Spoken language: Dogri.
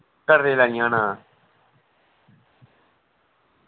कटरे लेनियां न